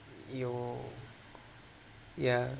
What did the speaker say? your yeah